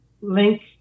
link